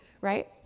Right